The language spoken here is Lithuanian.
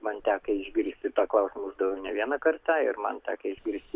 man tekę išgirsti tą klausimą uždaviau ne vieną kartą ir man tekę išgirsti